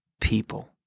people